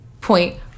point